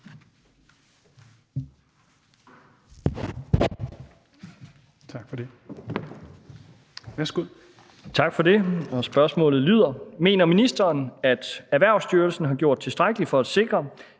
Pedersen (V): Tak for det. Spørgsmålet lyder: Mener ministeren, at Erhvervsstyrelsen har gjort tilstrækkeligt for at sikre,